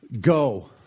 go